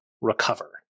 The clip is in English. recover